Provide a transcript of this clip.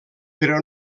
però